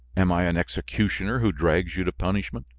am i an executioner who drags you to punishment?